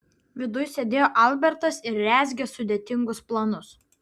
viduj sėdėjo albertas ir rezgė sudėtingus planus